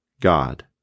God